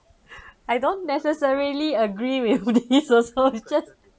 I don't necessarily agree with this also it's just